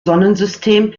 sonnensystem